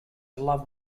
love